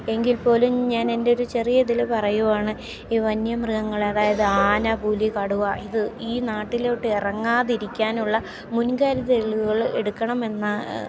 എങ്കിൽപ്പോലും ഞാൻ എൻ്റെയൊരു ചെറിയ ഇതിൽ പറയുകയാണ് ഈ വന്യമൃഗങ്ങൾ അതായത് ആന പുലി കടുവ ഇത് ഈ നാട്ടിലോട്ട് ഇറങ്ങാതിരിക്കാനുള്ള മുൻകരുതലുകൾ എടുക്കണമെന്നാണ്